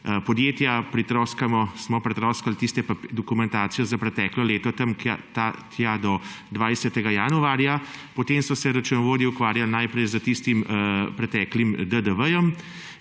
smo pritroskali tisto dokumentacijo za preteklo leto tja do 20. januarja, potem so se računovodje ukvarjali najprej s tistim preteklim DDV